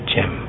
Jim